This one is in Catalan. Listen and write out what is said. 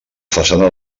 façana